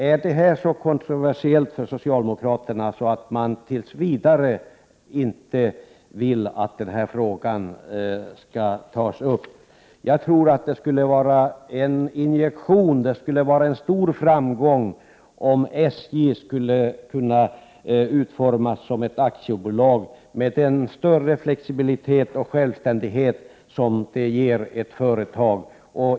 Är detta så kontroversiellt för socialdemokraterna att man tills vidare inte vill att den här frågan skall tas upp? Jag tror att det skulle vara en injektion och en stor framgång om SJ skulle kunna utformas som ett aktiebolag med den större flexibilitet och självständighet som detta innebär för ett företag.